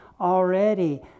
Already